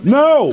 no